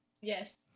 Yes